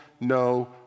no